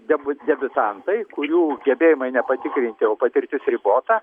debu debiutantai kurių gebėjimai nepatikrinti o patirtis ribota